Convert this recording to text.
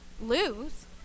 lose